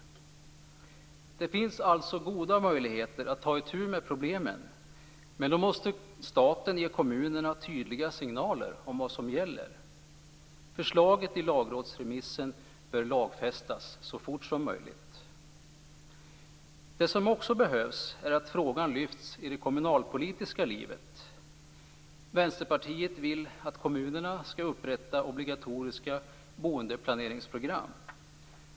Det finns alltså goda möjligheter att ta itu med problemen. Men då måste staten ge kommunerna tydliga signaler om vad som gäller. Förslaget i lagrådsremissen bör lagfästas så fort som möjligt. Frågan behöver även lyftas fram i det kommunalpolitiska livet. Vänsterpartiet vill att kommunerna skall upprätta obligatoriska boendeplaneringsprogram.